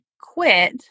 quit